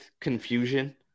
confusion